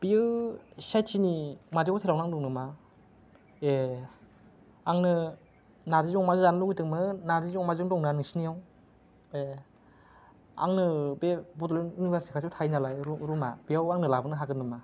बियो सिआइटि नि मादै हटेलाव नांदों नामा ए आंनो नार्जि अमा जानो लुबैदोंमोन नार्जि अमाजों दंना नोंसोरनियाव ए आंनो बे बडलेण्ड इउनिभारसिति खाथियाव थायो नालाय रुमा बेयाव आंनो लाबोनो हागोन नामा